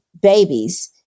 babies